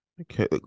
Okay